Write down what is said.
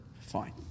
Fine